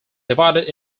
divided